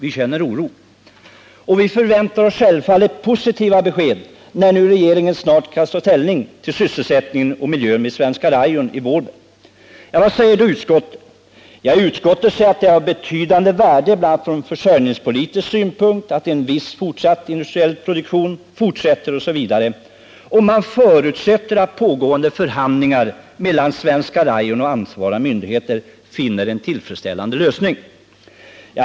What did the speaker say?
Vi känner oro och förväntar oss självfallet positiva besked när nu regeringen snart skall ta ställning till sysselsättningen och miljön vid Svenska Rayon i Vålberg. Vad säger då utskottet? Jo, utskottet säger att det är av betydande värde bl.a. från försörjningspolitisk synpunkt att en viss fortsatt industriell produktion av fiber för textilt bruk finns inom landets gränser. Och utskottet förutsätter att pågående förhandlingar mellan Svenska Rayon och ansvariga myndigheter finner en tillfredsställande lösning.